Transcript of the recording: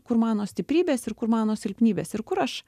kur mano stiprybės ir kur mano silpnybės ir kur aš